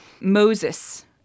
Moses